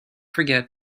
forget